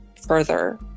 further